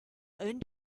own